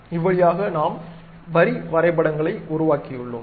இவ்வழியாக நாம் வரி வரைபடங்களை உருவாக்கியுள்ளோம்